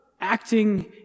acting